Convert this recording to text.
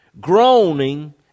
groaning